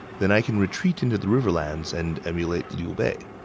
then i can retreat into the riverlands and emulate liu bei.